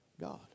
God